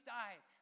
died